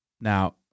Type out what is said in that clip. Now